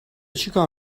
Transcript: چیکار